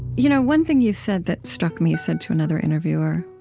you know one thing you've said that struck me, you said to another interviewer